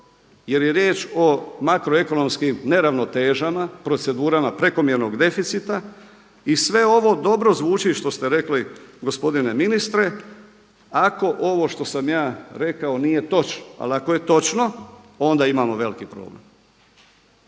jer je riječ o makroekonomskim neravnotežama, procedurama prekomjernog deficita i sve ovo dobro zvuči što ste rekli gospodine ministre ako ovo što sam ja rekao nije točno, ali ako je točno onda imamo veliki problem.